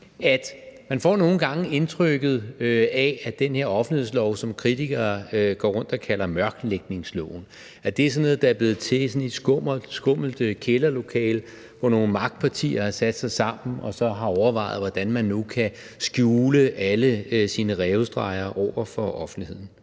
at man nogle gange får indtryk af, at den her offentlighedslov, som kritikere går rundt og kalder mørklægningsloven, er noget, der er blevet til i sådan et skummelt kælderlokale, hvor nogle magtpartier har sat sig sammen og overvejet, hvordan man nu kan skjule alle sine rævestreger over for offentligheden.